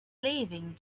leaving